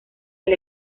del